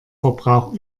verbrauch